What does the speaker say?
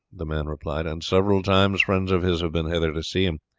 the man replied, and several times friends of his have been hither to see him.